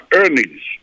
earnings